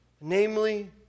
namely